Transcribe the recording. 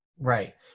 Right